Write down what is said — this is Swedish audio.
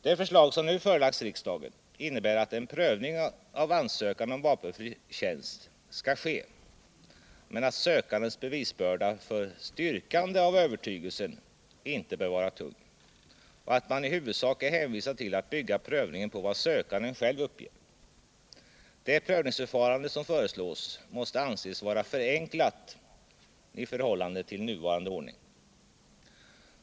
Det förslag som nu har förelagts riksdagen innebär att en prövning av ansökan om vapenfri tjänst skall ske, men att sökandens bevisbörda för styrkande av övertygelsen inte bör vara tung och att man i huvudsak är hänvisad till att bygga prövningen på vad sökanden själv uppger. Det prövningsförfarande som föreslås måste anses vara förenklat i förhållande till nuvarande ordning.